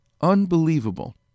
Unbelievable